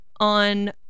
on